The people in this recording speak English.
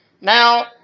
Now